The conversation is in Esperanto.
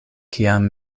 kiam